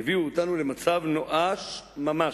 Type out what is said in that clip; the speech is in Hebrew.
הביאו אותנו למצב נואש ממש.